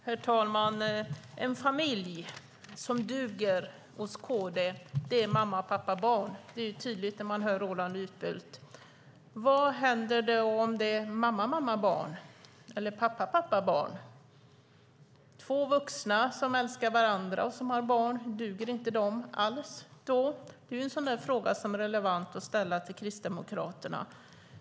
Herr talman! En familj som duger för KD är mamma-pappa-barn, det är tydligt när man hör Roland Utbult. Vad händer om det är mamma-mamma-barn eller pappa-pappa-barn? Två vuxna som älskar varandra och som har barn, duger inte det alls? Det är en sådan fråga som är relevant att ställa till Kristdemokraterna.